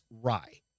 rye